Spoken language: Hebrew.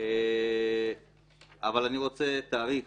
אבל אני רוצה תאריך